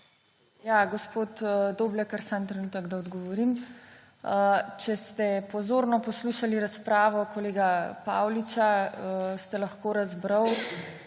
Gospod Doblekar, trenutek, da odgovorim. Če ste pozorno poslušali razpravo kolega Pauliča, ste lahko razbrali,